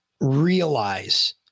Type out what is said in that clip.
realize